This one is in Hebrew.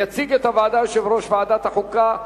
יציג את ההצעה יושב-ראש ועדת החוקה,